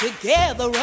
together